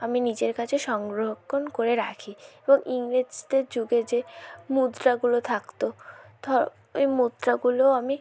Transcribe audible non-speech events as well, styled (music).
আমি নিজের কাছে সংরক্ষণ করে রাখি (unintelligible) ইংরেজদের যুগে যে মুদ্রাগুলো থাকত (unintelligible) ওই মুদ্রাগুলো আমি